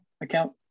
account